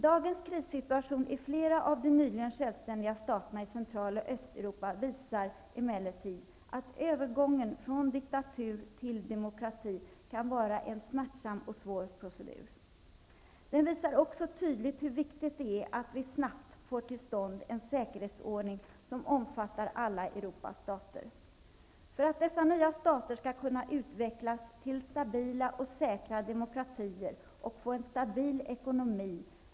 Dagens krissituation i flera av de nyligen självständiga staterna i Central och Östeuropa visar emellertid att övergången från diktatur till demokrati kan vara en smärtsam och svår procedur. Den visar också tydligt hur viktigt det är att vi snabbt får till stånd en säkerhetsordning som omfattar alla Europas stater. Säkerheten är en grundförutsättning för att dessa nya stater skall kunna utvecklas till stabila och säkra demokratier och få en stabil ekonomi.